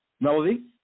Melody